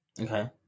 Okay